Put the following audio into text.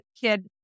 kid